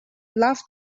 loved